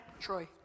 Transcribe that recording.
Troy